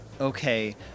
Okay